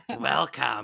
Welcome